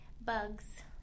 Bugs